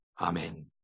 Amen